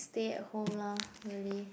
stay at home lah really